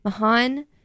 Mahan